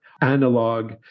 analog